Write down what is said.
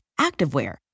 activewear